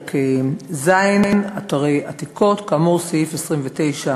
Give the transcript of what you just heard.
פרק ז' אתרי עתיקות,